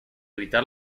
evitar